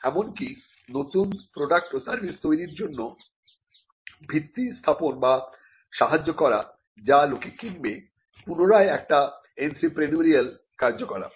এমনকি নতুন প্রোডাক্ট ও সার্ভিস তৈরীর জন্য ভিত্তি স্থাপন বা সহায়তা করা যা লোকে কিনবে পুনরায় একটি এন্ত্রেপ্রেনিউরিয়াল কার্যকলাপ